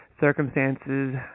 circumstances